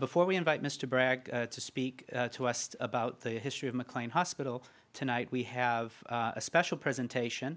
before we invite mr bragg to speak to us about the history of mclean hospital tonight we have a special presentation